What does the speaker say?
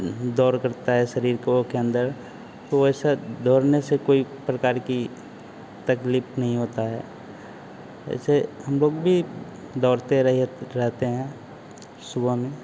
दौड़ करता है शरीर को के अंदर तो वैसा दौड़ने में कोई प्रकार की तकलीफ नहीं होता है ऐसे हम लोग भी सुबह में